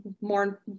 more